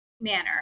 manner